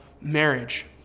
marriage